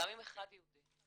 גם אם אחד יהודי.